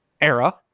era